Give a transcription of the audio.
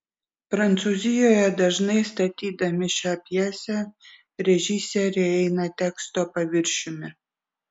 prancūzijoje dažnai statydami šią pjesę režisieriai eina teksto paviršiumi